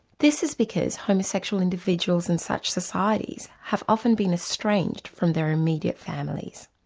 this is because homosexual individuals in such societies have often been estranged from their immediate families.